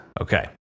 Okay